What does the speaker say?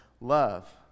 love